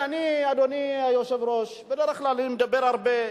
אדוני היושב-ראש, בדרך כלל אני מדבר הרבה,